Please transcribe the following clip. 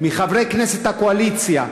מחברי הכנסת של הקואליציה,